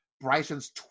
Bryson's